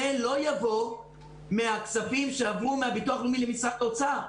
זה לא יבוא מהכספים שעברו מהביטוח הלאומי למשרד האוצר.